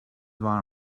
var